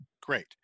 great